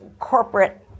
corporate